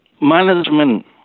Management